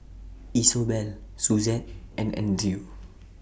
Isobel Suzette and Andrew